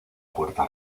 puerta